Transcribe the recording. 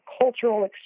cultural